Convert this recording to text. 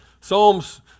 Psalms